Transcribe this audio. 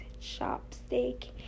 chopstick